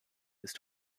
ist